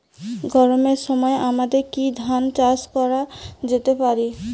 গরমের সময় আমাদের কি ধান চাষ করা যেতে পারি?